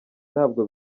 ntabwo